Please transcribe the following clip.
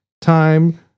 time